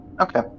Okay